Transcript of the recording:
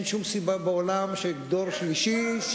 אין שום סיבה בעולם שדור שלישי,